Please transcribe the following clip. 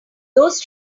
those